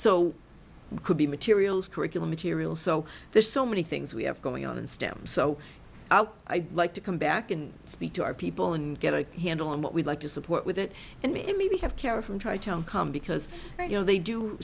so could be materials curriculum materials so there's so many things we have going on in stem so i like to come back and speak to our people and get a handle on what we'd like to support with it and maybe have care from try to come because you know they do